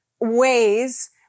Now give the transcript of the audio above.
ways